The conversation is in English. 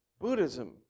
Buddhism